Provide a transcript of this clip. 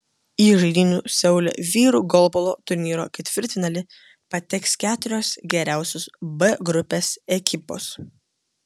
į žaidynių seule vyrų golbolo turnyro ketvirtfinalį pateks keturios geriausios b grupės ekipos